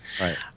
Right